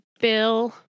Bill